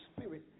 spirit